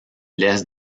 laisse